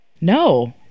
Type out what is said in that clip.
No